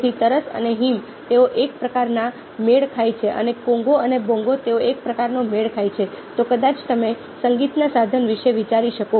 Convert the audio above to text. તેથી તરસ અને હિમ તેઓ એક પ્રકારનો મેળ ખાય છે અને કોંગો અને બોંગો તેઓ એક પ્રકારનો મેળ ખાય છે તો કદાચ તમે સંગીતનાં સાધન વિશે વિચારી શકો